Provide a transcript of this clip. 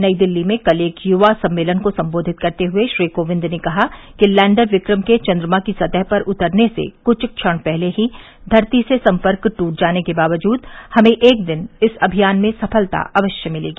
नई दिल्ली में कल एक युवा सम्मेलन को संबोधित करते हुए श्री कोविंद ने कहा कि लैंडर विक्रम के चंद्रमा की सतह पर उतरने से कुछ क्षण पहले ही धरती से संपर्क ट्रट जाने के बावजूद हमें एक दिन इस अभियान में सफलता अवश्य मिलेगी